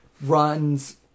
runs